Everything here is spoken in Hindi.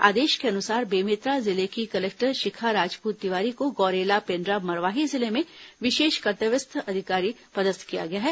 आदेश के अनुसार बेमेतरा जिले की कलेक्टर शिखा राजपूत तिवारी को गौरेला पेण्ड्रा मरवाही जिले में विशेष कर्तव्यस्थ अधिकारी पदस्थ किया गया है